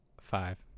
Five